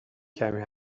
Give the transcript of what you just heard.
کمی